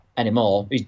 anymore